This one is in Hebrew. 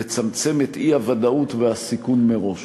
לצמצם את האי-ודאות והסיכון מראש.